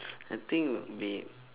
I think would be